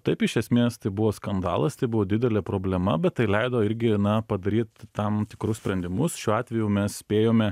taip iš esmės tai buvo skandalas tai buvo didelė problema bet tai leido irgi na padaryt tam tikrus sprendimus šiuo atveju mes spėjome